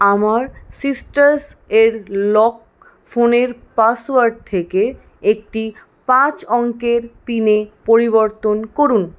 আমার সিট্রাস এর লক ফোনের পাসওয়ার্ড থেকে একটি পাঁচ অঙ্কের পিনে পরিবর্তন করুন